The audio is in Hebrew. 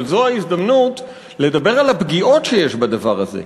אבל זו ההזדמנות לדבר על הפגיעות שיש בדבר הזה.